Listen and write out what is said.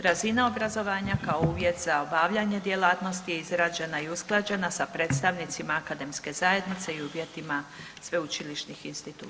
Razina obrazovanja kao uvjet za obavljanje djelatnosti je izrađena i usklađena sa predstavnicima akademske zajednice i uvjetima sveučilišnih institucija.